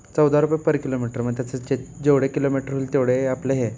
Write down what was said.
चौदा रुपये पर किलोमीटर मग त्याचं जे जेवढे किलोमीटर होईल तेवढे आपलं हे आहे